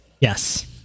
Yes